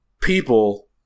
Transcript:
people